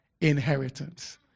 Inheritance